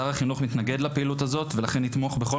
שר החינוך מתנגד לפעילות הזאת ולכן יתמוך בכל